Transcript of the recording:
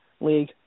league